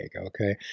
okay